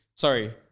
sorry